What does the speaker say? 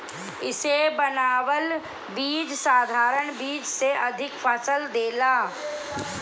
इसे बनावल बीज साधारण बीज से अधिका फसल देला